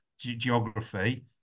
geography